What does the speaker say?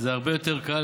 זה הרבה יותר קל,